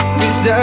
cause